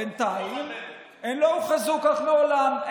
בינתיים הם לא הוכרזו כך מעולם.